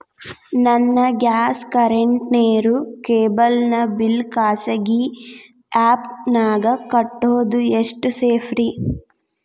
ನನ್ನ gas current, ನೇರು, cable ನ ಬಿಲ್ ಖಾಸಗಿ ಆ್ಯಪ್ ನ್ಯಾಗ್ ಕಟ್ಟೋದು ಎಷ್ಟು ಸೇಫ್ರಿ?